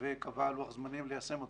וקבעה לוח-זמנים ליישם אותו.